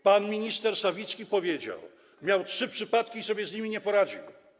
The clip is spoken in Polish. Pan minister Sawicki powiedział - miał trzy przypadki i sobie z nimi nie poradził.